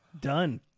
done